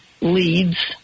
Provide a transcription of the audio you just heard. leads